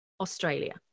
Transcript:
Australia